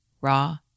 raw